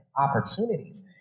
opportunities